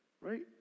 right